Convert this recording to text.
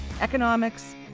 economics